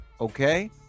okay